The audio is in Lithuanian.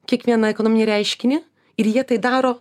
kiekvieną ekonominį reiškinį ir jie tai daro